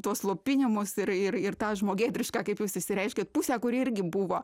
tuos slopinimus ir ir ir tą žmogėdrišką kaip jūs išsireiškėt pusę kuri irgi buvo